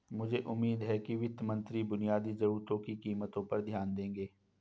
मुझे उम्मीद है कि वित्त मंत्री बुनियादी जरूरतों की कीमतों पर ध्यान देंगे